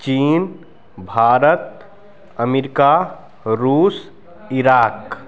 चीन भारत अमिरका रूस ईराक